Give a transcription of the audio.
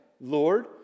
Lord